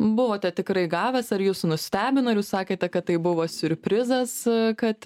buvote tikrai gavęs ar jus nustebino ir jūs sakėte kad tai buvo siurprizas kad